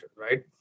right